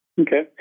Okay